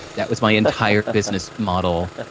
that was my entire business model,